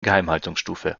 geheimhaltungsstufe